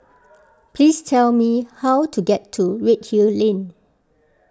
please tell me how to get to Redhill Lane